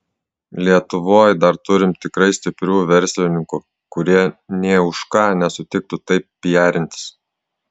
lietuvoj dar turim tikrai stiprių verslininkų kurie nė už ką nesutiktų taip pijarintis